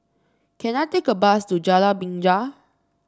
can I take a bus to Jalan Binja